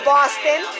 Boston